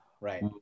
right